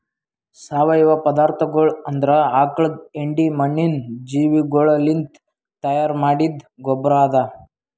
ಸಾವಯವ ಪದಾರ್ಥಗೊಳ್ ಅಂದುರ್ ಆಕುಳದ್ ಹೆಂಡಿ, ಮಣ್ಣಿನ ಜೀವಿಗೊಳಲಿಂತ್ ತೈಯಾರ್ ಮಾಡಿದ್ದ ಗೊಬ್ಬರ್ ಅದಾ